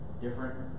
different